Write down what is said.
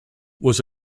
was